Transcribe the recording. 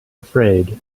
afraid